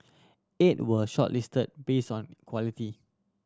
eight were shortlisted based on quality